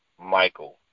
Michael